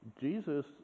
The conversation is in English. Jesus